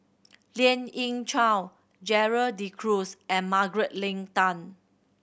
Lien Ying Chow Gerald De Cruz and Margaret Leng Tan